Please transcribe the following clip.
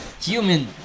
human